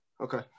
Okay